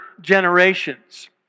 generations